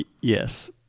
yes